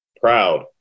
proud